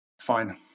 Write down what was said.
fine